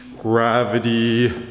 gravity